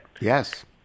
Yes